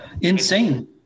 Insane